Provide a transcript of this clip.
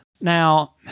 Now